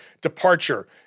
departure